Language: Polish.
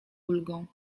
ulgą